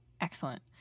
Excellent